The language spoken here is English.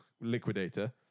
liquidator